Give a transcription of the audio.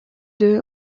deux